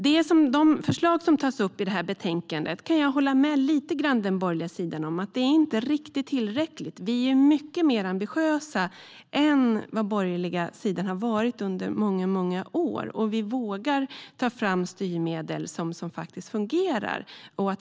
Vad gäller de förslag som tas upp i betänkandet kan jag lite grann hålla med den borgerliga sidan om att de inte är riktigt tillräckliga. Men vi är mycket mer ambitiösa än den borgerliga sidan har varit under många år. Vi vågar ta fram styrmedel som faktiskt fungerar.